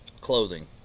clothing